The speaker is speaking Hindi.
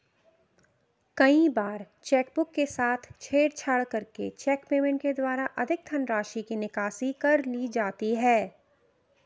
कई बार चेकबुक के साथ छेड़छाड़ करके चेक पेमेंट के द्वारा अधिक धनराशि की निकासी कर ली जाती है